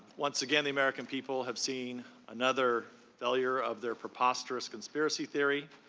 once again the american people have seen another failure of their preposterous conspiracy theory,